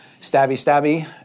stabby-stabby